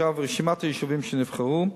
רשימת היישובים שנבחרו,